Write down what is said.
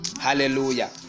hallelujah